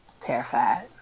Terrified